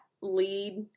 lead